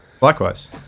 Likewise